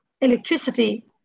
electricity